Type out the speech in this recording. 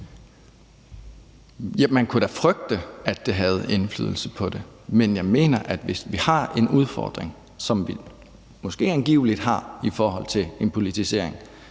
Man kunne da frygte, at det havde indflydelse på det, men jeg mener, at hvis vi har en udfordring – hvilket vi måske angiveligt har i forhold til en politisering